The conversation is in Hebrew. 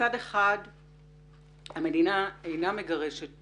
מצד אחד המדינה אינה מגרשת